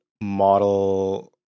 model